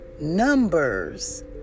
numbers